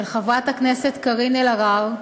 של חברת הכנסת קארין אלהרר,